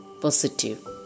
positive